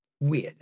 weird